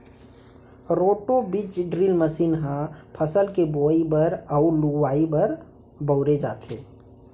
roto बीज drill machine ह फसल के बोवई बर अउ लुवाई बर बउरे जाथे